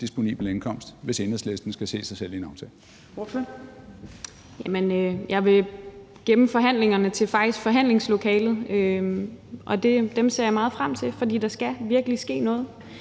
disponibel indkomst, hvis Enhedslisten skal kunne se sig selv i en aftale?